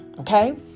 Okay